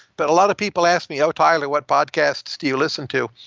but a lot of people ask me oh, tyler. what podcasts do you listen to?